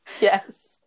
yes